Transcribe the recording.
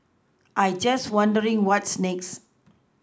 I'm just wondering what's next